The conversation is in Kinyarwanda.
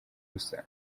gusa